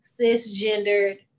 cisgendered